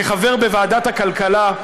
כחבר בוועדת הכלכלה,